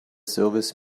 service